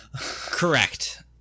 correct